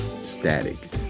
static